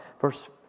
Verse